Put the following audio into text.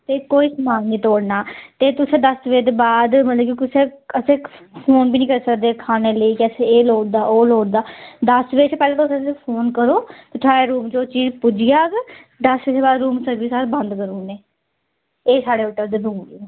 ते कोई समान नी तोड़ना ते तुस दस बजे दे बाद मतलब कि कुसै असेंगी फोन बी नि करी सकदे कि खाने लेई कि असेंगी एह् लोड़दा ओह् लोड़दा दस बजे शा पैह्ला तुस सानू फोन करो थुआढ़े रूम च ओह् चीज पुज्जी जाह्ग दस बजे दे बाद रूम सर्विस अस बंद करी ओड़ने एह् साढ़े होटल दे रूल न